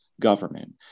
government